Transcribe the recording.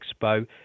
Expo